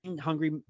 Hungry